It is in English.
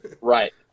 Right